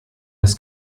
des